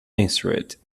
answered